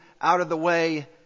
out-of-the-way